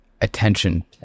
attention